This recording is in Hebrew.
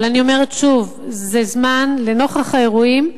אבל אני אומרת שוב: לנוכח האירועים,